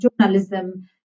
journalism